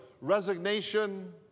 resignation